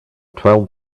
twelve